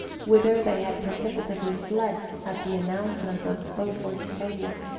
whither they had precipitately fled at the announcement of beaufort's failure.